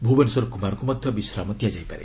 ଭୁବନେଶ୍ୱର କୁମାରଙ୍କୁ ମଧ୍ୟ ବିଶ୍ରାମ ଦିଆଯାଇପାରେ